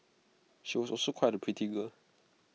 she was also quite A pretty girl